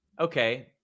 okay